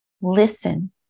Listen